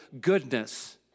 goodness